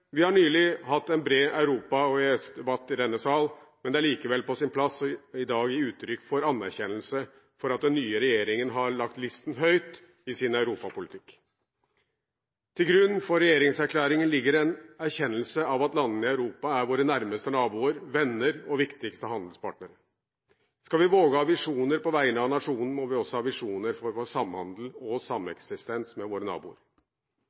Vi har nylig hatt en bred europa- og EØS-debatt i denne sal, men det er likevel på sin plass i dag å gi uttrykk for anerkjennelse for at den nye regjeringen har lagt listen høyt i sin europapolitikk. Til grunn for regjeringserklæringen ligger en erkjennelse av at landene i Europa er våre nærmeste naboer, venner og viktigste handelspartnere. Skal vi våge å ha visjoner på vegne av nasjonen, må vi også ha visjoner for vår samhandel og sameksistens med våre naboer.